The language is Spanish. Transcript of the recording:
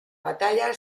batalla